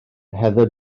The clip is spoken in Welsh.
heather